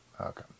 Okay